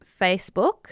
Facebook